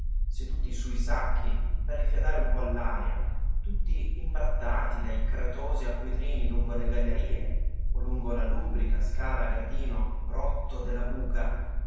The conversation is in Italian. su i sacchi per rifiatare un po all'aria tutti imbrattati dai cretosi acquitrini lungo le gallerie o lungo la lubrica scala a gradino rotto della buca